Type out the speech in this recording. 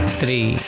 three